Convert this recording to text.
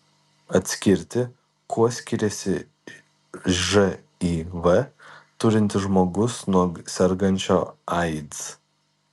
atskirti kuo skiriasi živ turintis žmogus nuo sergančio aids